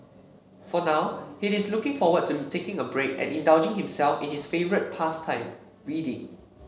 for now he is looking forward to taking a break and indulging himself in his favourite pastime reading